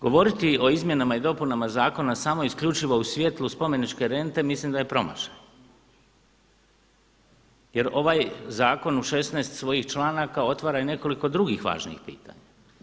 Govoriti o izmjenama i dopunama zakona samo isključivo u svjetlu spomeničke rente mislim da je promašaj jer ovaj zakon u 16 svojih članaka otvara i nekoliko drugih važnijih pitanja.